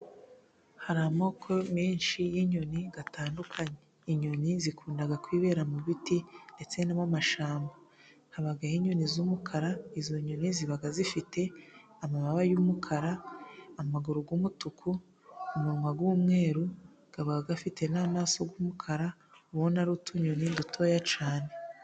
Hari amoko menshi y'inyoni atandukanye. Inyoni zikunda kwibera mu biti ndetse no mu mashyamba. Habaho inyoni z'umukara. Izo nyoni ziba zifite amababa y'umukara ,amaguru y'umutuku ,umunwa w'umweru. Aba afite n'amaso y'umukara. Uba ubona ari utunyoni dutoya cyane.